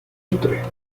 ilustre